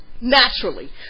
naturally